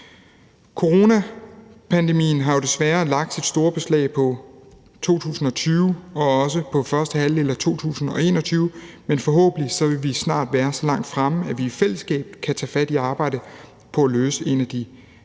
Coronapandemien har jo desværre lagt et stort beslag på 2020 og også på første halvdel af 2021, men vi vil forhåbentlig snart være så langt fremme, at vi i fællesskab kan tage fat på arbejdet med at løse en af de